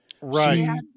Right